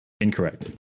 Incorrect